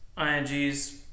ING's